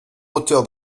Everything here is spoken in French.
moteur